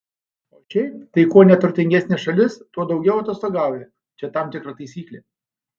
o šiaip tai kuo neturtingesnė šalis tuo daugiau atostogauja čia tam tikra taisyklė